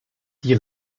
die